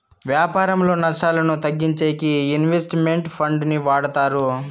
వ్యాపారంలో నష్టాలను తగ్గించేకి ఇన్వెస్ట్ మెంట్ ఫండ్ ని వాడతారు